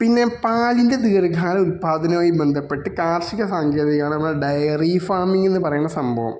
പിന്നെ പാലിൻ്റെ ദീർഘ ഉൽപ്പാദനമായി ബന്ധപ്പെട്ട് കാർഷിക സാംഗ്ച്വറിയാണത് ഡയറി ഫാർമിംഗ് എന്ന് പറയുന്ന സംഭവം